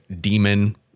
demon